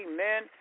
Amen